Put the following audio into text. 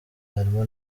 harimo